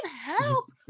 help